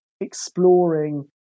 exploring